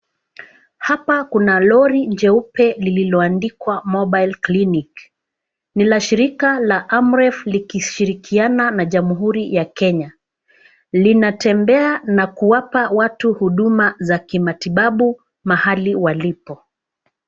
Hapa kuna lori jeupe liliondikwa mobile clinic Ni la shirika la amref likishirikiana na jamhuri ya kenya. Linatembea na kuwapa watu huduma za kimatibabu mahali walipo